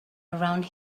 around